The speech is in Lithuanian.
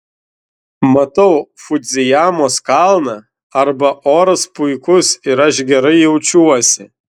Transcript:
matau fudzijamos kalną arba oras puikus ir aš gerai jaučiuosi